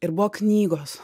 ir buvo knygos